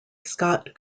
scott